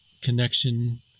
connection